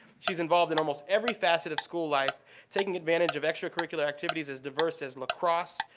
she's involved in almost every facet of school life taking advantage of extracurricular activities as diverse as lacrosse,